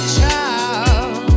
child